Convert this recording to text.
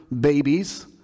babies